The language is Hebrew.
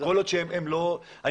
אני